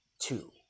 two